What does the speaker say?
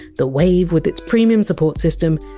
the wave with its premium support system,